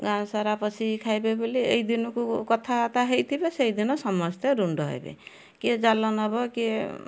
ଗାଁ ସାରା ପଶିକି ଖାଇବେ ବୋଲି ଏଇଦିନକୁ କଥାବାର୍ତ୍ତା ହେଇଥିବେ ସେଇଦିନ ସମସ୍ତେ ରୁଣ୍ଡ ହେବେ କିଏ ଜାଲ ନବ କିଏ